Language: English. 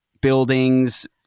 buildings